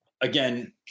again